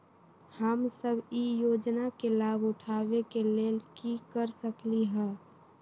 हम सब ई योजना के लाभ उठावे के लेल की कर सकलि ह?